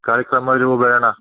कार्यक्रमादिरूपेण